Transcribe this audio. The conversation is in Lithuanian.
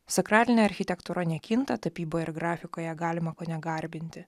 sakralinė architektūra nekinta tapyboje ir grafikoje galima kone garbinti